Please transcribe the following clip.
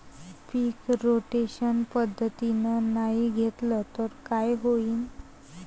पीक rotation पद्धतीनं नाही घेतलं तर काय होईन?